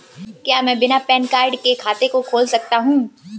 क्या मैं बिना पैन कार्ड के खाते को खोल सकता हूँ?